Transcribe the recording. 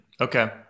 Okay